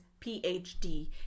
PhD